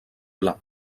pla